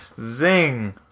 zing